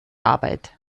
arbeit